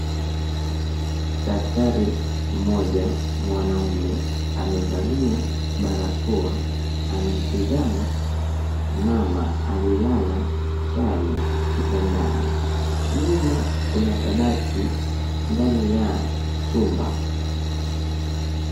Daktari mmoja mwanamume amevalia barakoa anamtizama mama aliyelala chali kitandani. Nyuma kuna kabati ndani ya chumba.